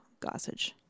Gossage